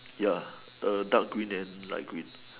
ya the dark green and light green